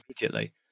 immediately